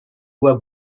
bois